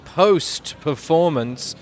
post-performance